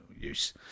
use